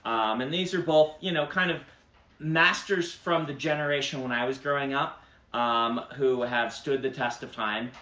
and these are both you know kind of masters from the generation when i was growing up um who have stood the test of time,